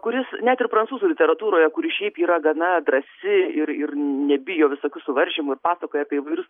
kuris net ir prancūzų literatūroje kuri šiaip yra gana drąsi ir ir nebijo visokių suvaržymų ir pasakoja apie įvairius